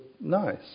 nice